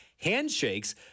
handshakes